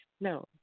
no